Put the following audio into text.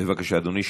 בבקשה, אדוני.